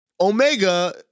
Omega